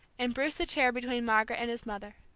and bruce the chair between margaret and his mother.